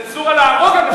צנזורה, להרוג אנשים.